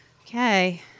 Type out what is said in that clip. Okay